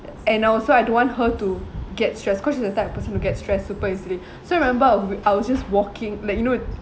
and also I don't want her to get stressed cause she's the type of person who get stressed super easily so remember we I was I was just walking like you know